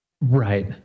Right